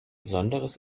besonderes